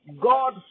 God